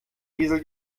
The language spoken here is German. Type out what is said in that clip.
diesel